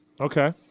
Okay